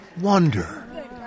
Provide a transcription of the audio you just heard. Wonder